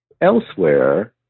elsewhere